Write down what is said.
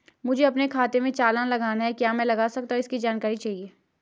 मुझे अपने खाते से चालान लगाना है क्या मैं लगा सकता हूँ इसकी जानकारी चाहिए?